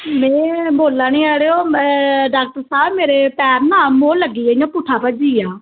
में बोला दी आं अड़ेओ में डाक्टर साह्ब मेरे पैर न मोड़ लग्गी गेई इ'यां पुट्ठा भज्जी गेआ